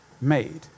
made